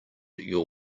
your